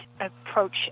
approach